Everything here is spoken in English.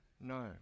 No